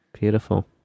Beautiful